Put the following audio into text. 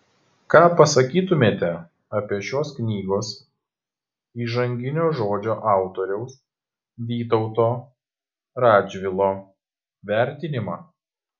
ką pasakytumėte apie šios knygos įžanginio žodžio autoriaus vytauto radžvilo vertinimą